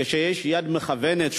כשיש יד מכוונת,